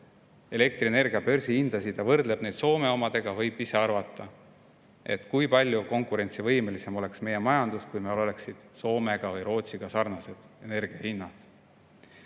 elektrienergia börsihindasid ja võrdleb neid Soome omadega, võib ise arvata, kui palju konkurentsivõimelisem oleks meie majandus, kui meil oleksid Soome või Rootsiga sarnased energiahinnad.